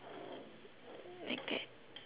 like that